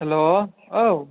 hello औ